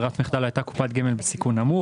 ברירת המחדל הייתה קופת כמל בסיכון נמוך.